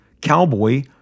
cowboy